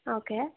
okay